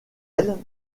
elles